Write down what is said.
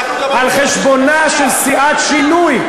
על חשבונה של סיעת שינוי.